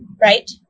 right